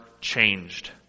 changed